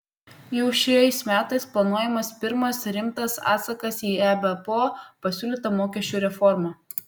jau šiais metais planuojamas pirmas rimtas atsakas į ebpo pasiūlytą mokesčių reformą